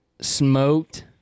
smoked